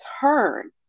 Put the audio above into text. turn